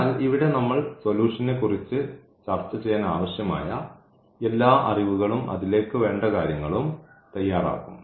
എന്നാൽ ഇവിടെ നമ്മൾ സൊലൂഷന്നെ കുറിച്ച് ചർച്ച ചെയ്യാൻ ആവശ്യമായ എല്ലാ അറിവുകളും അതിലേക്ക് വേണ്ട കാര്യങ്ങളും തയ്യാറാക്കും